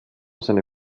seine